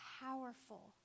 Powerful